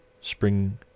spring